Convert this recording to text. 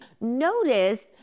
Notice